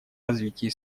развитии